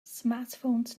smartphones